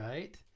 Right